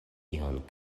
ion